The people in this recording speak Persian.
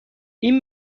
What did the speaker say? این